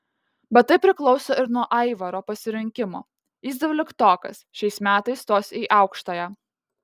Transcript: bet tai priklauso ir nuo aivaro pasirinkimo jis dvyliktokas šiais metais stos į aukštąją